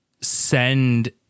send